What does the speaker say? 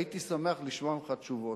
הייתי שמח לשמוע ממך תשובות.